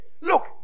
Look